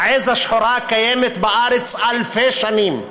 העז השחורה קיימת בארץ אלפי שנים,